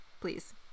please